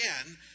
again